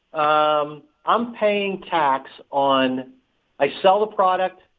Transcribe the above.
um i'm paying tax on i sell a product.